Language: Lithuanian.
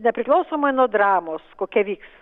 nepriklausomai nuo dramos kokia vyks